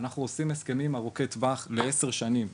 אנחנו עושים הסכמים ארוכי טווח לכעשר שנים.